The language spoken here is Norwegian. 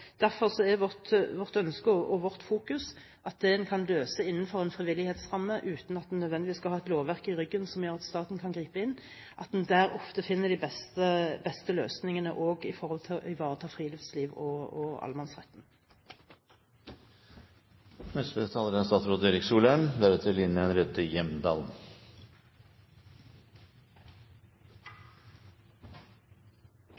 vårt fokus at en kan løse det innenfor en frivillighetsramme, uten at en nødvendigvis skal ha et lovverk i ryggen som gjør at staten kan gripe inn. Det er ofte der en finner de beste løsningene for å ivareta friluftsliv og allemannsretten. La meg starte med å bekrefte det siste Siri Meling sa, og